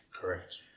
Correct